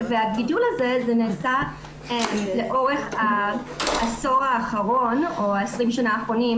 הבידול הזה נעשה לאורך העשור האחרון או 20 השנים האחרונות